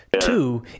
Two